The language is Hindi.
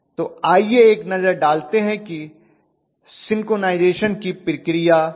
तो आइए एक नज़र डालते हैं कि सिंक्रोनाइज़ेशन की प्रक्रिया क्या है